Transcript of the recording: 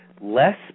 less